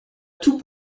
tout